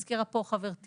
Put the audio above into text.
כפי שהזכירה פה חברתי,